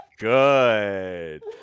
good